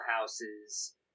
houses